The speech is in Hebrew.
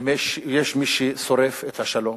ויש מי ששורף את השלום.